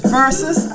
versus